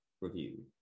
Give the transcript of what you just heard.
review